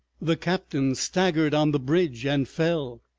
the captain staggered on the bridge and fell,